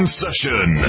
session